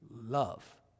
love